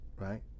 right